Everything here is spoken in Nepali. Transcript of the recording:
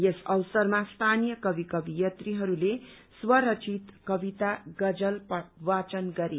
यस अवसरमा स्थानीय कवि कवयित्रीहरूले स्वरचित कविता गजल वाचन गरे